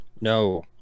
no